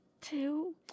Two